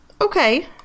Okay